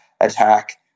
attack